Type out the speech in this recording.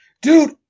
Dude